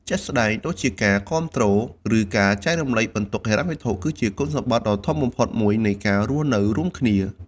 ជាក់ស្ដែងដូចជា ការគាំទ្រ ឬការចែករំលែកបន្ទុកហិរញ្ញវត្ថុ គឺជាគុណសម្បត្តិដ៏ធំបំផុតមួយនៃការរស់នៅរួមគ្នា។